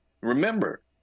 remember